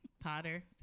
Potter